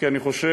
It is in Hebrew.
כי אני חושב,